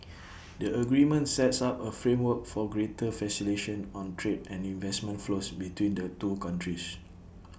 the agreement sets up A framework for greater facilitation on trade and investment flows between the two countries